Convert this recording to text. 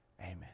amen